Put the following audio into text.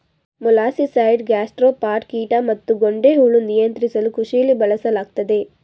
molluscicide gastropod ಕೀಟ ಮತ್ತುಗೊಂಡೆಹುಳು ನಿಯಂತ್ರಿಸಲುಕೃಷಿಲಿ ಬಳಸಲಾಗ್ತದೆ